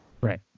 right